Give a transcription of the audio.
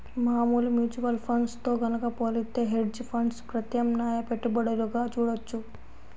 మామూలు mutual funds తో గనక పోలిత్తే హెడ్జ్ ఫండ్స్ ప్రత్యామ్నాయ పెట్టుబడులుగా చూడొచ్చు